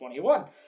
2021